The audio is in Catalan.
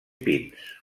pins